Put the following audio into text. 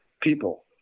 people